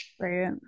right